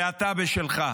ואתה בשלך: